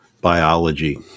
biology